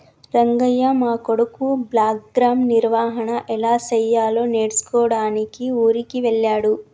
రంగయ్య మా కొడుకు బ్లాక్గ్రామ్ నిర్వహన ఎలా సెయ్యాలో నేర్చుకోడానికి ఊరికి వెళ్ళాడు